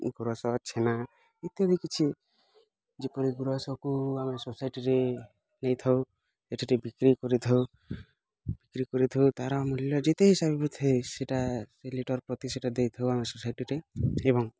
ଗୁରସ ଛେନା ଇତ୍ୟାଦି କିଛି ଯେପରି ଗୁରସକୁ ଆମେ ସୋସାଇଟିରେ ନେଇଥାଉ ଏଠି ଟେ ବିକ୍ରି କରିଥାଉ ବିକ୍ରି କରିଥାଉ ତା'ର ମୂଲ୍ୟ ଯେତେ ସେଟା ସେ ଲିଟର୍ ପ୍ରତି ସେଟା ଦେଇଥାଉ ଆମେ ସୋସାଇଟିରେ ଏବଂ